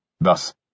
Thus